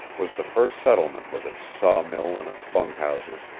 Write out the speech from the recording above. was the first settlement with its sawmill and its bunkhouses,